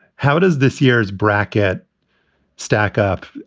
how does this year's bracket stack up?